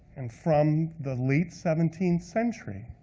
and from the late seventeenth century,